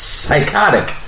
psychotic